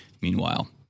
Meanwhile